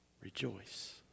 Rejoice